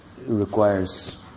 requires